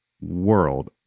world